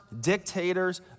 dictators